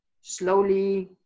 slowly